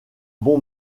bon